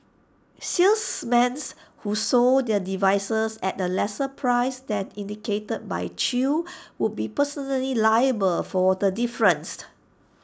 salesmen who sold the devices at A lesser price than indicated by chew would be personally liable for the difference